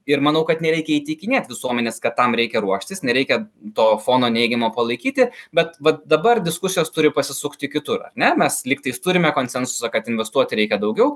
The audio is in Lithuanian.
ir manau kad nereikia įtikinėt visuomenės kad tam reikia ruoštis nereikia to fono neigiamo palaikyti bet vat dabar diskusijos turi pasisukti kitur ar ne mes lygtais turime konsensusą kad investuoti reikia daugiau